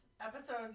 episode